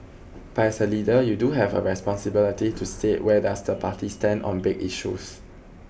but as a leader you do have a responsibility to state where does the party stand on big issues